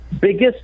biggest